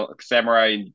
samurai